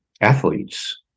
athletes